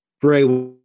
Bray